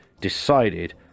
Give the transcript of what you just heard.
decided